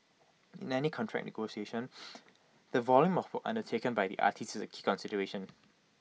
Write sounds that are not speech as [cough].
in any contract negotiation [noise] the volume of work undertaken by the artiste is A key consideration